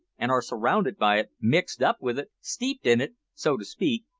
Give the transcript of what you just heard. and are surrounded by it, mixed up with it, steeped in it, so to speak,